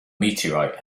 meteorite